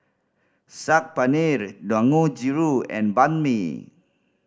Saag Paneer Dangojiru and Banh Mi